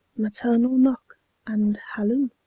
maternal knock and halloo,